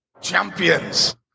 Champions